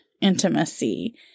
intimacy